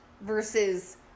Versus